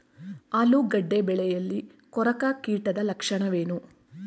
ಆಲೂಗೆಡ್ಡೆ ಬೆಳೆಯಲ್ಲಿ ಕೊರಕ ಕೀಟದ ಲಕ್ಷಣವೇನು?